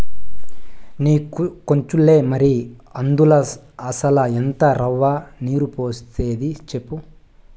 నీకొచ్చులే మరి, అందుల అసల ఎంత రవ్వ, నీరు పోసేది సెప్పు